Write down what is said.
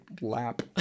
lap